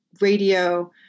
radio